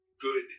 good